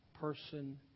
person